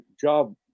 job